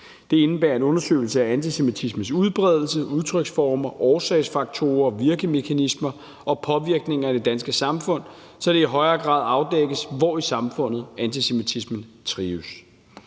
Det indebærer en undersøgelse af antisemitismens udbredelse, udtryksformer, årsagsfaktorer og virkemekanismer og påvirkning af det danske samfund, så det i højere grad afdækkes, hvor i samfundet antisemitismen trives.